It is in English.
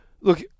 Look